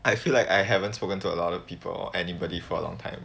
I feel like I haven't spoken to a lot of people or anybody for a long time